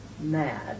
mad